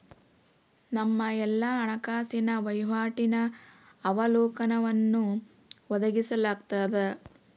ನಮ್ಮ ಎಲ್ಲಾ ಹಣಕಾಸಿನ ವಹಿವಾಟಿನ ಅವಲೋಕನವನ್ನು ಒದಗಿಸಲಾಗ್ತದ